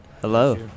Hello